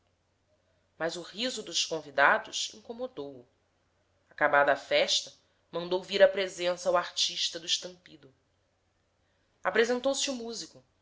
mas o riso dos convidados incomodou o acabada a festa mandou vir a presença o artista do estampido apresenta-se o músico